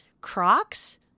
Crocs